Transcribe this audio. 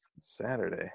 Saturday